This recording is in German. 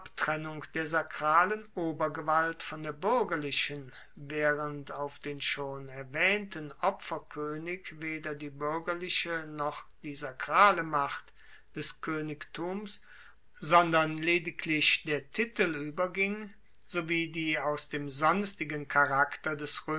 abtrennung der sakralen obergewalt von der buergerlichen waehrend auf den schon erwaehnten opferkoenig weder die buergerliche noch die sakrale macht des koenigtums sondern lediglich der titel ueberging sowie die aus dem sonstigen charakter des